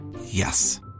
Yes